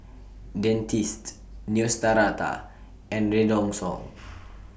Dentiste Neostrata and Redoxon